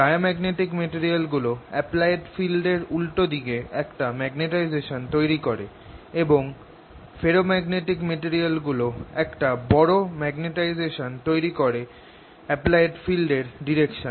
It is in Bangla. ডায়াম্যাগনেটিক মেটেরিয়াল গুলো অ্যাপ্লায়েড ফিল্ড এর উল্টো দিকে একটা মেগনেটাইজেশান তৈরি করে এবং ফেরোম্যাগনেটিক মেটেরিয়াল গুলো একটা বড় মেগনেটাইজেশান তৈরি করে অ্যাপ্লায়েড ফিল্ড এর ডাইরেকশনে